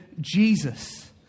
Jesus